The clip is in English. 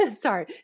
sorry